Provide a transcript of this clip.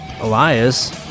Elias